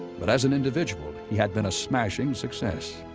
but as an individual, he had been a smashing success.